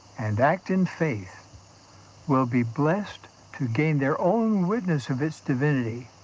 and act in faith will be blessed to gain their own witness of its divinity